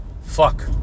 fuck